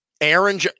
Aaron